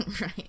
right